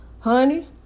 Honey